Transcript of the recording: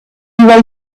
away